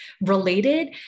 related